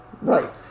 Right